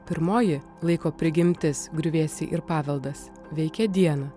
pirmoji laiko prigimtis griuvėsiai ir paveldas veikia dieną